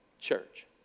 church